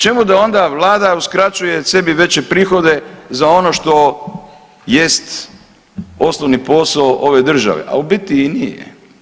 Čemu da onda vlada uskraćuje sebi veći prihode za ono što jest osnovni posao ove države, a u biti i nije.